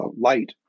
light